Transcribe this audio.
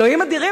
אלוהים אדירים.